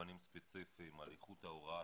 מאולפנים ספציפיים על איכות ההוראה,